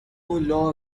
law